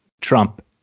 Trump